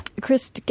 Chris